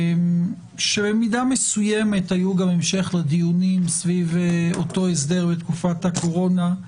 שבמידה מסוימת היו גם המשך לדיונים סביב אותו הסדר בתקופת הקורונה,